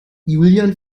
julian